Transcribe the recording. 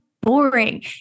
boring